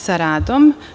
sa radom.